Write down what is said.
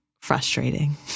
Frustrating